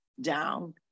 down